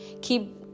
keep